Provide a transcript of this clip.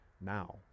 now